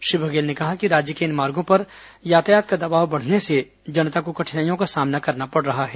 श्री बघेल ने कहा कि राज्य के इन मार्गो पर यातायात का दबाव बढ़ने से जनता को कठिनाइयों का सामना करना पड़ रहा है